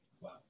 Wow